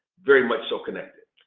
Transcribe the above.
very much so connected.